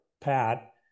Pat